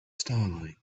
starlight